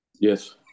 Yes